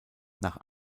nach